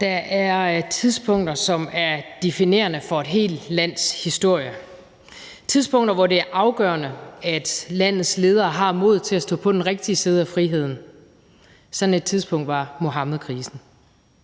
Der er tidspunkter, som er definerende for et helt lands historie. Det er tidspunkter, hvor det er afgørende, at landets ledere har modet til at stå på den rigtige side af friheden. Sådan et tidspunkt var Muhammedkrisen.